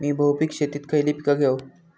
मी बहुपिक शेतीत खयली पीका घेव?